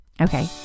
Okay